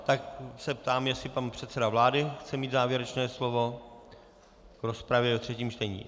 Ptám se, jestli pan předseda vlády chce mít závěrečné slovo k rozpravě ve třetím čtení.